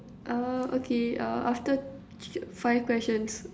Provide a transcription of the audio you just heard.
uh okay uh after thr~ five questions